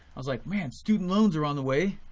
i was like man student loans are on the way,